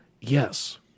Yes